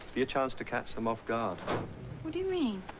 be a chance to catch them off guard what do you mean?